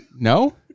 No